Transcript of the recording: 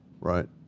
Right